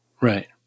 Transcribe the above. Right